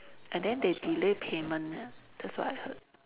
and then they delay payment ah that's what I heard